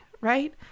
right